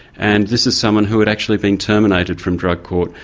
and this is someone who had actually been terminated from drug court,